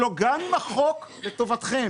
גם אם החוק לטובתכם,